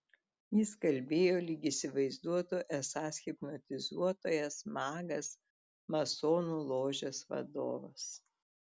jis kalbėjo lyg įsivaizduotų esąs hipnotizuotojas magas masonų ložės vadovas